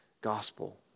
gospel